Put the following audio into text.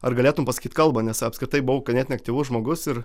ar galėtum pasakyt kalbą nes apskritai buvau ganėtinai aktyvus žmogus ir